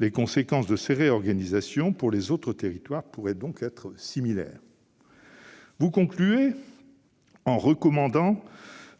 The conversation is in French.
Les conséquences de ces réorganisations pour les autres territoires pourraient donc être similaires. Vous concluez en recommandant